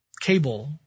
cable